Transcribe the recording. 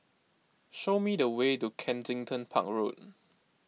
show me the way to Kensington Park Road